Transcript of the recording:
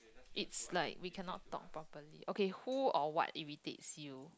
it's like we cannot talk properly okay who or what irritates you